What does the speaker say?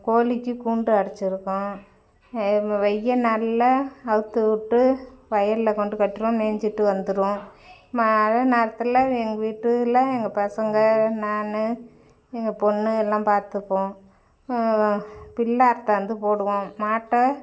கோழிக்கு குன்று அடைச்சிருக்கோம் ஏ மே வெய்ய நாளில் அவுத்து உட்டு வயலில் கொண்டு கட்டுருவோம் மேய்ஞ்சிட்டு வந்துரும் மழை நேரத்தில் எங்க வீட்டில் எங்ககள் பசங்க நான் எங்கள் பொண்ணு எல்லாம் பார்த்துப்போம் புல் அறுத்தாந்து போடுவோம் மாட்டை